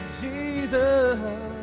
Jesus